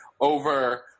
over